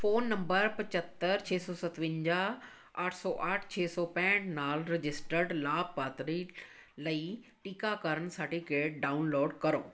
phone number ਪਝੱਤਰ ਛੇ ਸੌ ਸਤਵਿੰਜਾ ਅੱਠ ਸੌ ਅੱਠ ਛੇ ਸੌ ਪੈਂਹਠ ਨਾਲ ਰਜਿਸਟਰਡ ਲਾਭਪਾਤਰੀ ਲਈ ਟੀਕਾਕਰਨ ਸਰਟੀਫਿਕੇਟ ਡਾਊਨਲੋਡ ਕਰੋ